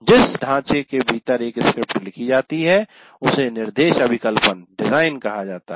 जिस ढांचे के भीतर एक स्क्रिप्ट लिखी जाती है उसे निर्देश अभिकल्पन डिजाइन कहा जाता है